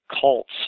cult's